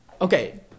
okay